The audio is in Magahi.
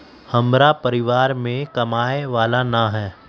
हमरा परिवार में कमाने वाला ना है?